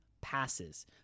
passes